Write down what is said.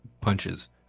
punches